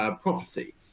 prophecy